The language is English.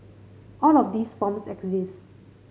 all of these forms exist